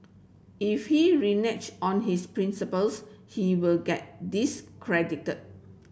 if he renege on his principles he will get discredited